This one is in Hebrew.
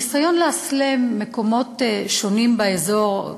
הניסיון לאסלם מקומות שונים באזור,